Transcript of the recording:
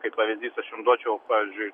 kaip pavyzdys aš jum duočiau pavyzdžiui